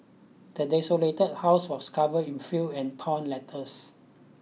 the desolated house was covered in fill and torn letters